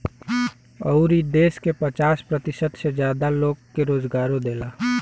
अउर ई देस के पचास प्रतिशत से जादा लोग के रोजगारो देला